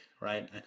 right